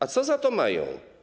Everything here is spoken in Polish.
A co za to mają?